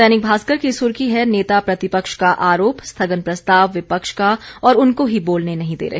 दैनिक भास्कर की सुर्खी है नेता प्रतिपक्ष का आरोप स्थगन प्रस्ताव विपक्ष का और उनको ही बोलने नहीं दे रहे